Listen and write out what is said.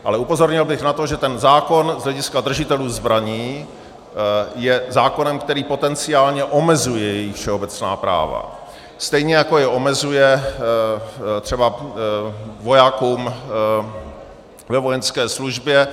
Ale upozornil bych na to, že ten zákon z hlediska držitelů zbraní je zákonem, který potenciálně omezuje jejich všeobecná práva, stejně jako je omezuje třeba vojákům ve vojenské službě.